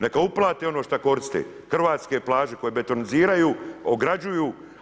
Neka uplate ono što koriste hrvatske plaže koje betoniziraju, ograđuju.